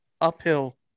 uphill